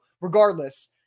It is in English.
regardless